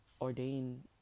ordained